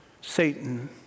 Satan